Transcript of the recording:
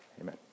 Amen